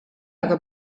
aga